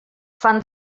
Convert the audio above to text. fan